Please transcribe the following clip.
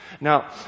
Now